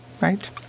right